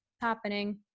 happening